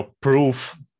proof